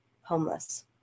homeless